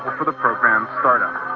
ah for the program's startup.